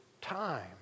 Time